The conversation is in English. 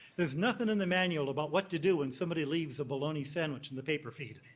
there's nothing in the manual about what to do when somebody leaves a baloney sandwich in the paper feed.